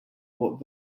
what